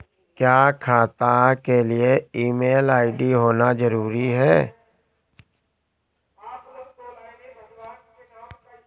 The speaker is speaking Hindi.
क्या खाता के लिए ईमेल आई.डी होना जरूरी है?